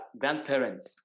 grandparents